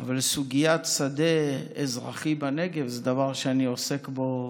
אבל סוגיית שדה אזרחי בנגב זה דבר שאני עוסק בו